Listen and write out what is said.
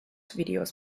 videos